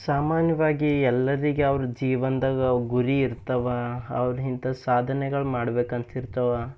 ಸಾಮಾನ್ಯವಾಗಿ ಎಲ್ಲರಿಗೆ ಅವರ ಜೀವನದಾಗ ಗುರಿ ಇರ್ತವೆ ಅವ್ರು ಇಂಥ ಸಾಧನೆಗಳು ಮಾಡ್ಬೇಕಂತ ಇರ್ತವೆ